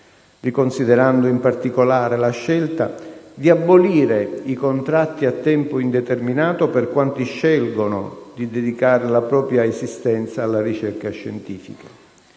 riconsiderando in particolare la scelta di abolire i contratti a tempo indeterminato per quanti scelgono di dedicare la propria esistenza alla ricerca scientifica.